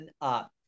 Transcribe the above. up